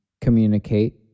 communicate